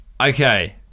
okay